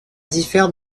diffère